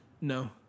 No